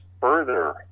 further